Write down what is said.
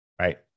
right